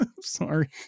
sorry